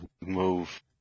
Move